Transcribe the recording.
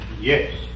Yes